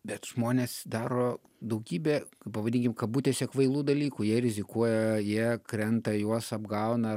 bet žmonės daro daugybę pavadinkim kabutėse kvailų dalykų jie rizikuoja jie krenta juos apgauna